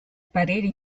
pareri